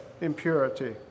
impurity